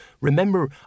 Remember